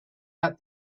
out